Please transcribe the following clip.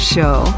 Show